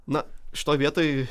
na šitoj vietoj